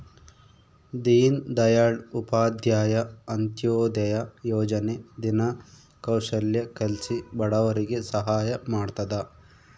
ದೀನ್ ದಯಾಳ್ ಉಪಾಧ್ಯಾಯ ಅಂತ್ಯೋದಯ ಯೋಜನೆ ದಿನ ಕೌಶಲ್ಯ ಕಲ್ಸಿ ಬಡವರಿಗೆ ಸಹಾಯ ಮಾಡ್ತದ